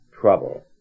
trouble